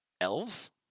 elves